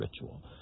ritual